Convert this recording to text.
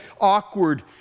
awkward